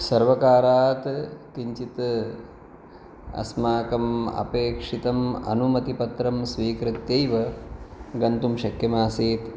सर्वकारात् किञ्चित् अस्माकम् अपेक्षितम् अनुमतिपत्रं स्वीकृत्यैव गन्तुं शक्यम् आसीत्